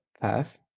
path